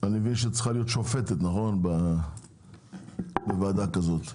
אני מבין שצריכה להיות שופטת בדימוס בוועדה כזאת.